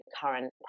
current